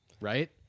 right